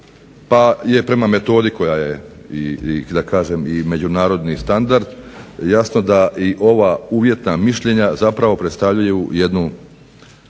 pa je prema metodi koja je i da kažem i međunarodni standard jasno da i ova uvjetna mišljenja zapravo predstavljaju jednu